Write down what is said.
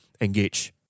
Engage